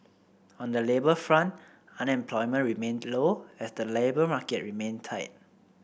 on the labour front unemployment remained low as the labour market remained tight